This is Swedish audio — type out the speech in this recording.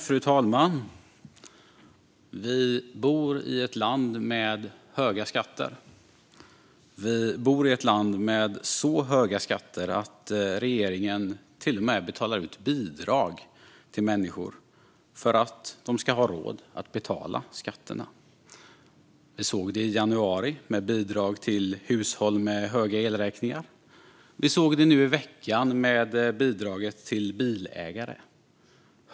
Fru talman! Vi bor i ett land med höga skatter. Vi bor i ett land med så höga skatter att regeringen till och med betalar ut bidrag till människor för att de ska ha råd att betala skatterna. Vi såg det i januari med bidrag till hushåll med höga elräkningar, och vi såg det nu i veckan med bidraget till bilägare.